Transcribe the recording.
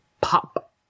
pop